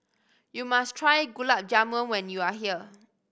you must try Gulab Jamun when you are here